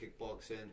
kickboxing